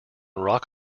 rock